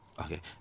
Okay